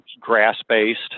grass-based